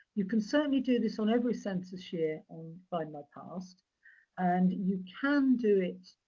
you can certainly do this on every census year on find my past and you can do it